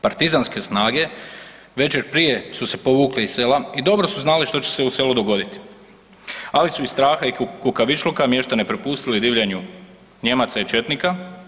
Partizanske snage večer prije su se povukli iz sela i dobro su znali što će se u selu dogoditi, ali su iz straha i kukavičluka mještane prepustili divljanju Nijemaca i četnika.